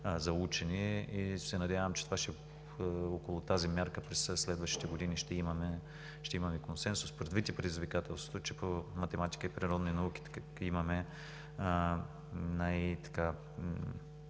за учене. Надявам се, че около тази мярка през следващите години ще имаме консенсус, предвид и предизвикателството, че по математика и природни науки имаме